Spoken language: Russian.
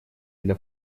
для